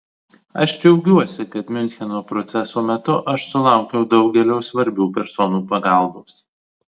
aš džiaugiuosi kad miuncheno proceso metu aš sulaukiau daugelio svarbių personų pagalbos